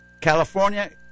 California